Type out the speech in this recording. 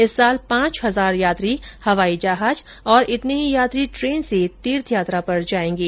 इस वर्ष पांच हजार यात्री हवाई जहाज और इतने ही यात्री ट्रेन से तीर्थ यात्रा पर जायेंगे